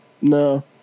No